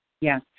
Yes